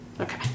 Okay